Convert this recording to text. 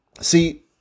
See